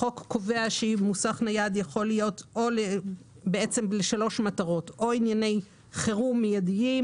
החוק קובע שמוסך נייד יכול להיות לשלוש מטרות: או ענייני חירום מיידיים